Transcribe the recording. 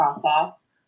process